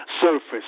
surface